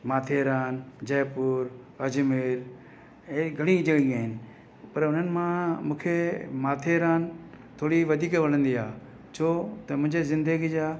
माथेरान जयपुर अजमेर ऐं घणी ई जॻहियूं आहिनि पर हुननि मां मूंखे माथेरान थोरी वधीक वणंदी आहे छो त मुंहिंजी ज़िंदगी जा